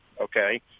okay